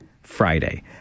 Friday